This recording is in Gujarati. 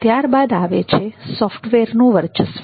ત્યારબાદ આવે છે સોફ્ટવેરનું વર્ચસ્વ